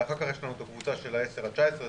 ואחר כך יש לנו את הקבוצה של ה-10 עד 19,